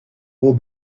aux